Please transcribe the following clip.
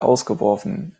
ausgeworfen